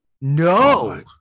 No